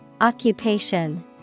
Occupation